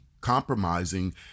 compromising